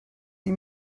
sie